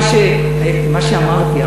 מה שאמרתי,